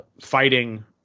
fighting